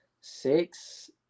six